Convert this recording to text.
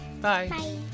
Bye